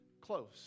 close